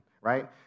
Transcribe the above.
right